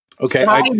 Okay